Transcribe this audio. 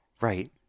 Right